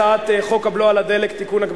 הצעת חוק הבלו על הדלק (תיקון,